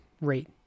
rate